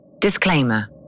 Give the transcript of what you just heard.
Disclaimer